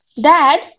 Dad